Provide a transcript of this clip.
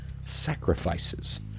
sacrifices